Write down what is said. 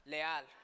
Leal